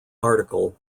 article